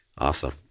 Awesome